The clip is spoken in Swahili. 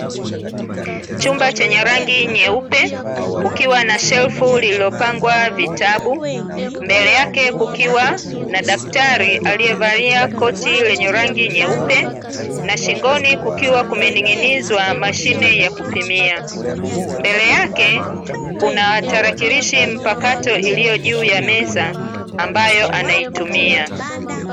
Chumba chenye rangi nyeupe kukiwa na shelfu lililopangwa vitabu ,mbele yake kukiwa na daktari alievalia koti lenye rangi nyeupe, na shingoni kukiwa kumeninginizwa mashine ya kupimia . Mbele yake Kuna tarakirishi mpakato iliyojuu ya meza ambayo anaitumia .